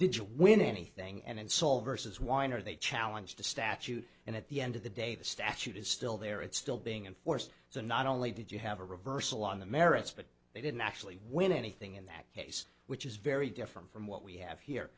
did you win anything and solver says weiner they challenge the statute and at the end of the day the statute is still there it's still being enforced so not only did you have a reversal on the merits but they didn't actually win anything in that case which is very different from what we have here